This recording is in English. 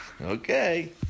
Okay